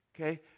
okay